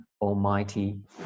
almighty